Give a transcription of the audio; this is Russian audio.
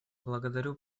благодарю